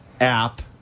app